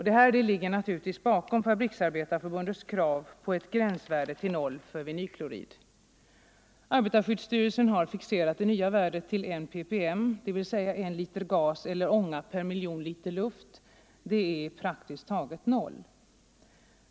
Detta ligger naturligtvis bakom Fabriksarbetareförbundets krav på ett gränsvärde satt till 0 för vinylklorid. Arbetarskyddsstyrelsen har fixerat det nya värdet till I ppm, dvs. 1 liter gas eller ånga per miljon liter luft. Det är praktiskt taget 0.